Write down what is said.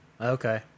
Okay